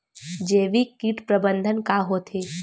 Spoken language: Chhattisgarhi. जैविक कीट प्रबंधन का होथे?